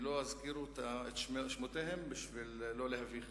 לא אזכיר את שמותיהם בשביל לא להביך